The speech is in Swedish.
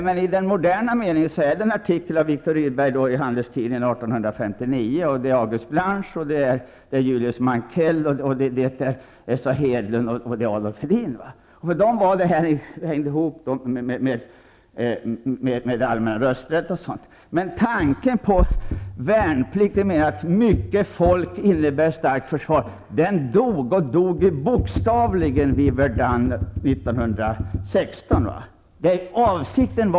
Men i den moderna meningen är det en artikel av Viktor Rydberg i Handelstidningen 1859 som ligger bakom, och andra liberaler var August Blanche, För dem hängde den här frågan ihop med den allmänna rösträtten. Tanken att värnplikt går ut på att mycket folk innebär ett starkt försvar, den tanken dog bokstavligen vid Verdun 1916.